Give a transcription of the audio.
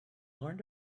learned